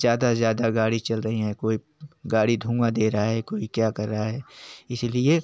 ज़्यादा से ज़्यादा गाड़ी चल रही हैं कोई गाड़ी धुआँ दे रहा है कोई क्या कर रहा है इसीलिए